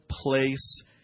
place